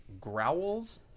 growls